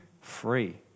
free